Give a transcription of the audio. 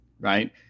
right